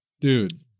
Dude